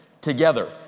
together